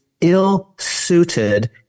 ill-suited